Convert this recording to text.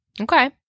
Okay